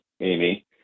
Amy